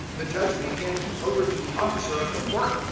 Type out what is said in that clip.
the judge may hand you over to the officer of the court,